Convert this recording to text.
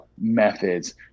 methods